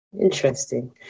Interesting